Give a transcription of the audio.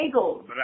Bagels